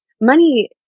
money